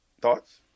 thoughts